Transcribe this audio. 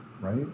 right